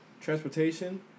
transportation